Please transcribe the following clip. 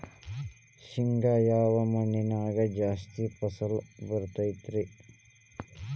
ಶೇಂಗಾ ಯಾವ ಮಣ್ಣಿನ್ಯಾಗ ಜಾಸ್ತಿ ಫಸಲು ಬರತೈತ್ರಿ?